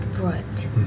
Right